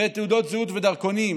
תעודות זהות ודרכונים,